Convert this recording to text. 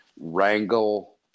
wrangle